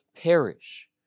perish